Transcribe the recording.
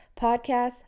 podcasts